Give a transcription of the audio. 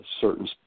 certain